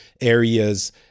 areas